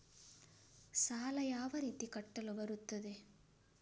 ಸಾಲ ಯಾವ ರೀತಿ ಕಟ್ಟಲು ಬರುತ್ತದೆ?